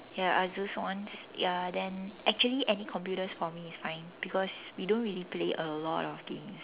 ya Asus ones ya then actually any computers for me is fine because we don't really play a lot of games